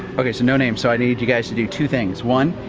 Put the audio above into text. okay so no name. so i need you guys to do two things. one,